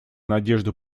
надежду